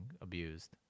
abused